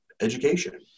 education